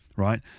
right